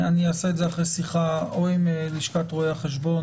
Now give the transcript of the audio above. אעשה את זה אחרי שיחה או עם לשכת רואי החשבון